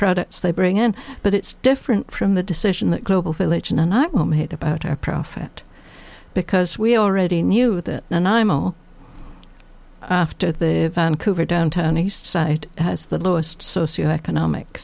products they bring in but it's different from the decision that global village and i don't hate about our profit because we already knew that and imo after the vancouver downtown eastside has the lowest socioeconomic